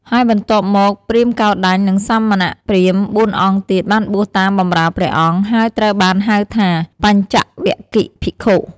ហើយបន្ទាប់មក ព្រាហ្មណ៍កោណ្ឌញ្ញ និងសមណព្រាហ្មណ៍ ៤ អង្គទៀត បានបួសតាមបម្រើព្រះអង្គ ហើយត្រូវបានហៅថា បញ្ចវគិ្គយ៍ភិក្ខុ។